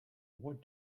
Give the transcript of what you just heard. what